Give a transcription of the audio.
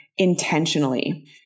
Intentionally